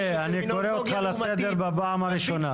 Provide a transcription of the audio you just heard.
ח"כ שיקלי אני קורא אותך לסדר בפעם ראשונה.